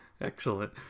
Excellent